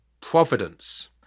providence